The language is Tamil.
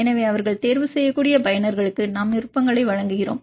எனவே அவர்கள் தேர்வுசெய்யக்கூடிய பயனர்களுக்கு நாம் விருப்பங்களை வழங்குகிறோம்